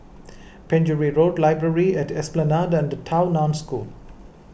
Penjuru Road Library at Esplanade and Tao Nan School